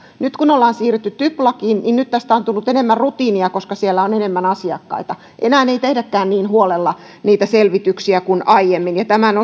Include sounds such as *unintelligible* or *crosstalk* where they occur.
ja nyt kun ollaan siirrytty typ lakiin niin nyt tästä on tullut enemmän rutiinia koska siellä on enemmän asiakkaita enää ei tehdäkään niin huolella niitä selvityksiä kuin aiemmin tämän *unintelligible*